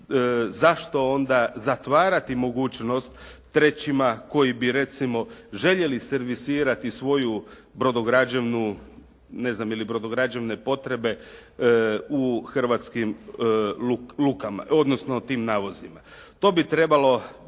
zašto onda zatvarati mogućnost trećima koji bi recimo željeli financirati svoju brodograđevnu ne znam ili brodograđevne potrebe u hrvatskim lukama, odnosno tim navozima. To bi trebalo